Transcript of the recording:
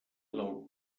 del